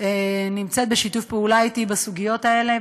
שיתוף הפעולה אתי בסוגיות האלה.